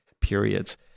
periods